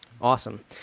Awesome